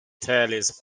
tireless